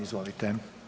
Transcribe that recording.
Izvolite.